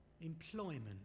employment